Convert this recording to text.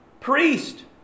Priest